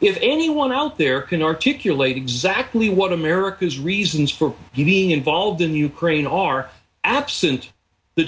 if anyone out there can articulate exactly what america's reasons for using involved in ukraine are absent the